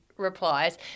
Replies